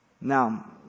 Now